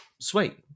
sweet